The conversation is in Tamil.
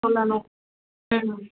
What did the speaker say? சொல்லணும் ம்